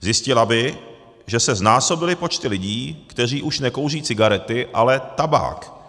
Zjistila by, že se znásobily počty lidí, kteří už nekouří cigarety, ale tabák.